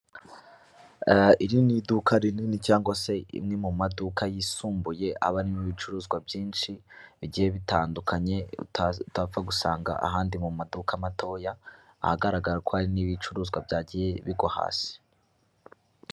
Iri ni iduka rinini cyangwa se rimwe mu maduka yisumbuye, aba arimo ibicuruzwa byinshi bigiye bitandukanye utapfa gusanga ahandi mu maduka matoya, ahagaragara ko hari n'ibicuruzwa byagiye bigwa hasi.